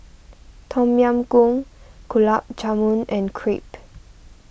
Tom Yam Goong Gulab Jamun and Crepe